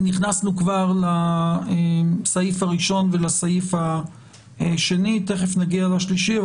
נכנסנו כבר לסעיף הראשון ולסעיף השני ותכף נגיע לשלישי.